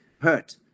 hurt